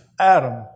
Adam